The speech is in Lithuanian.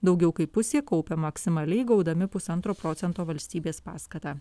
daugiau kaip pusė kaupia maksimaliai gaudami pusantro procento valstybės paskatą